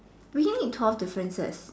we're getting at cost differences